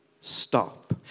stop